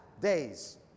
days